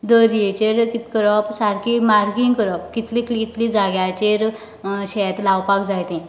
दोरयेचेर कितें करप सारके मार्कींग करप कितले इतले जाग्याचेर शेत लावपाक जाय तें